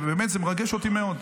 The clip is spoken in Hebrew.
וזה מרגש אותי מאוד.